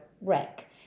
wreck